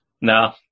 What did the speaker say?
No